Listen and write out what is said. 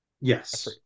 Yes